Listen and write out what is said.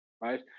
Right